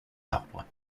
arbres